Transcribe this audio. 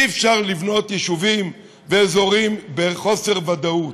אי-אפשר לבנות יישובים ואזורים בחוסר ודאות.